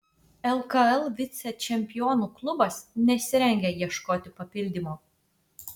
lkl vicečempionų klubas nesirengia ieškoti papildymo